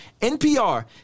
NPR